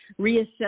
reassess